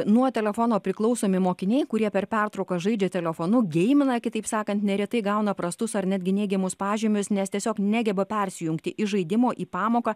nuo telefono priklausomi mokiniai kurie per pertrauką žaidžia telefonu geimina kitaip sakant neretai gauna prastus ar netgi neigiamus pažymius nes tiesiog negeba persijungti iš žaidimo į pamoką